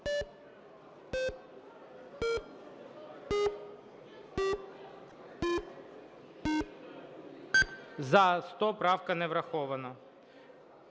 За-102 Правка не врахована.